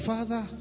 Father